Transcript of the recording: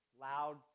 loud